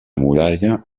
muralla